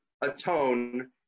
atone